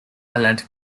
island